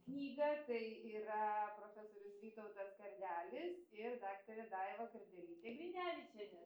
knygą tai yra profesorius vytautas kardelis ir daktarė daiva kardelytė grinevičienė